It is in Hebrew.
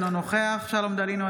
אינו נוכח שלום דנינו,